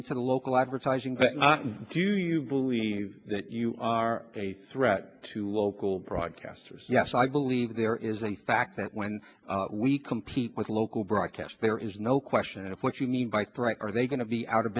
into the local advertising but do you believe that you are a threat to local broadcasters yes i believe there is a fact that when we compete with local broadcast there is no question what you mean by are they going to be out of